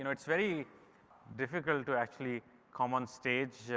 it's very difficult to actually come on stage.